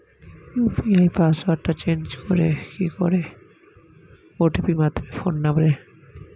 UPI পাসওয়ার্ডটা change করে কি করে?